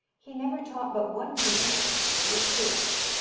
he never taught but one genius, little filtsch,